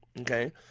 okay